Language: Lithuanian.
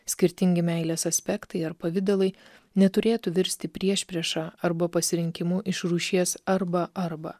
skirtingi meilės aspektai ar pavidalai neturėtų virsti priešprieša arba pasirinkimu iš rūšies arba arba